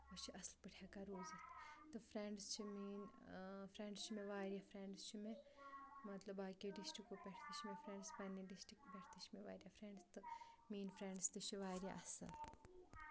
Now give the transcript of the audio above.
أسۍ چھِ اَصٕل پٲٹھۍ ہیٚکان روٗزِتھ تہٕ فرٛینٛڈٕز چھِ میٛٲنۍ فرٛینٛڈٕز چھِ مےٚ واریاہ فرٛینٛڈٕز چھِ مےٚ مطلب باقٕیو ڈِسٹِکو پٮ۪ٹھ تہِ چھِ مےٚ فرٛینٛڈٕز پنٛنہِ دِسٹِک پٮ۪ٹھ تہِ چھِ مےٚ واریاہ فرٛینٛڈٕز تہٕ میٛٲنۍ فرٛینٛڈٕز تہِ چھِ واریاہ اَصٕل